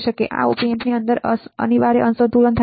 આ op ampની અંદર અનિવાર્ય અસંતુલનને કારણે છે